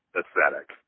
aesthetic